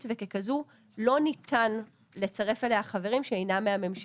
וככזו לא ניתן לצרף אליה חברים שאינם מהממשלה.